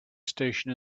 station